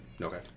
Okay